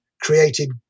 created